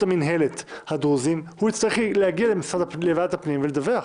מינהלת הדרוזים הוא יצטרך להגיע לוועדת הפנים ולדווח.